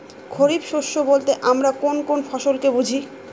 খরিফ শস্য বলতে আমরা কোন কোন ফসল কে বুঝি?